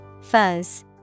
Fuzz